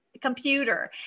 computer